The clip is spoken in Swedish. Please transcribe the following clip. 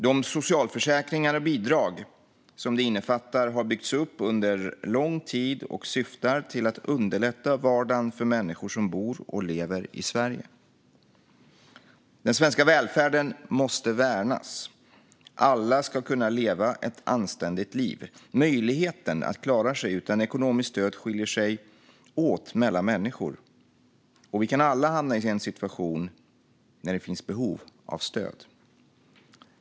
De socialförsäkringar och bidrag som det innefattar har byggts upp under lång tid och syftar till att underlätta vardagen för människor som bor och lever i Sverige. Den svenska välfärden måste värnas. Alla ska kunna leva ett anständigt liv. Möjligheten att klara sig utan ekonomiskt stöd skiljer sig åt mellan människor, och vi kan alla hamna i en situation där det finns behov av stöd.